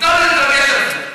מותר להתרגש על זה.